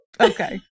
Okay